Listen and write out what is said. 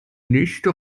nächste